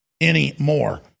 anymore